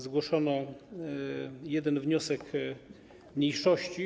Zgłoszono jeden wniosek mniejszości.